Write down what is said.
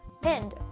Pinned